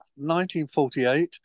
1948